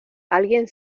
alguien